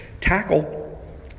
Tackle